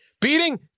Beating